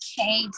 okay